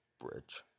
Bridge